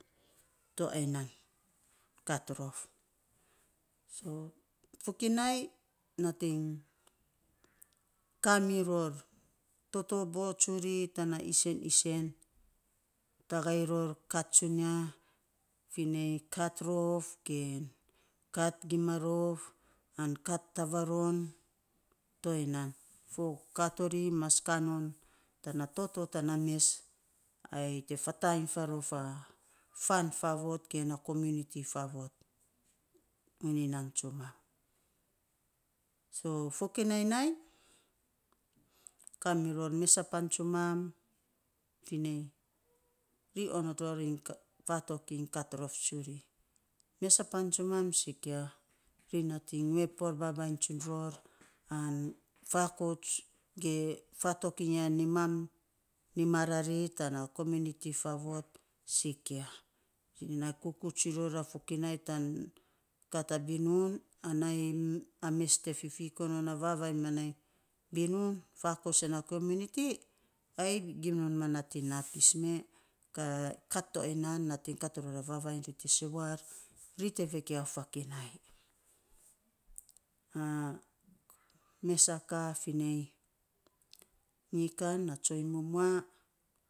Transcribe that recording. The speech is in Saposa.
To ainy nan kat rof, sa fokinai nating kaa miro totobo tsuri, tana isen isen tagei ror kat tsunia, finei kat rof, ge, kat gima rof, an kat tavaron toya nan. Fo kat to ri mas kaa non, tana toto tana mes. Ai te fataan faarof a fan faavot ge na kominiti faavot tsumam. So fokinai nainy, kamiror mesa pan tsumam, finei, ri onot ror iny fatok iny kat rof tsuri, mesa pan tsumam, sikia, ri nating ngue poor babainy tsun ror, an fakouts, ge fatok iny a nimam, nimarari tana kominiti faavot sikia, kuku tsun ror a fokinai tan kat a binun, ana ayein a mes te fifiko non na vavainy ma nai binun, fakouts, ya na kominiti, ayei gim non ma nating naa pis mee kat to ainy nan, nating kat rora vavainy ri te see war, ri te vegiau fokinai, mesa kaa finei nyi kan a tsoiny numua.